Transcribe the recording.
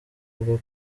bwo